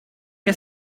ché